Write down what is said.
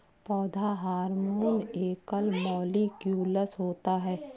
पौधा हार्मोन एकल मौलिक्यूलस होता है